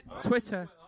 Twitter